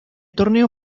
torneo